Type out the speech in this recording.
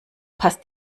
passt